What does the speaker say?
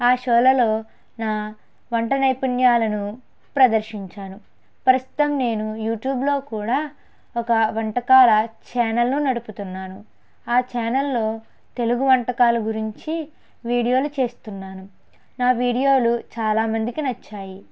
ఆ షోలలో నా వంట నైపుణ్యాలను ప్రదర్శించాను ప్రస్తుతం నేను యూట్యూబ్లో కూడా ఒక వంటకాల ఛానెల్ను నడుపుతున్నాను ఆ ఛానెల్లో తెలుగు వంటకాల గురించి వీడియోలు చేస్తున్నాను నా వీడియోలు చాలా మందికి నచ్చాయి